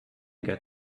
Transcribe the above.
get